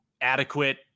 adequate